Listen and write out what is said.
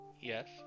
Yes